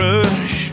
Rush